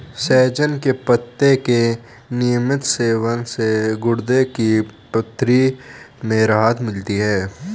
सहजन के पत्ते के नियमित सेवन से गुर्दे की पथरी में राहत मिलती है